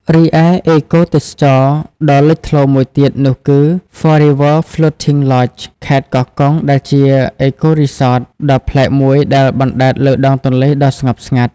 រីឯអេកូរីសតដ៏លេចធ្លោមួយទៀតនោះគឺ ហ្វ័រ រី វើ ហ្លូត ធីង ឡចដ៍ 4 Rivers Floating Lodge ខេត្តកោះកុង ដែលជា អេកូរីសត ដ៏ប្លែកមួយដែលអណ្តែតលើដងទន្លេដ៏ស្ងប់ស្ងាត់។